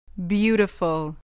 Beautiful